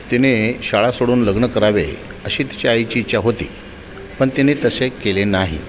तिने शाळा सोडून लग्न करावे अशी तिच्या आईची इच्छा होती पण तिने तसे केले नाही